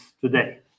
today